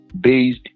based